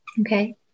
okay